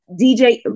DJ